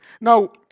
Now